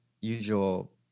usual